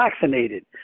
vaccinated